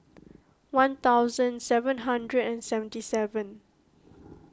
one thousand seven hundred and seventy seven